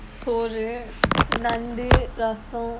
சோறு நண்டு ரசம்:sooru nandu rasam